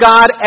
God